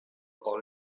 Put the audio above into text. all